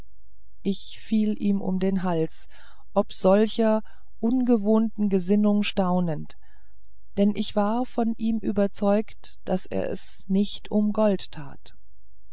ich fiel ihm um den hals ob solcher ungewohnten gesinnung staunend denn ich war von ihm überzeugt daß er es nicht um gold tat